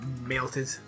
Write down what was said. melted